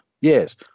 Yes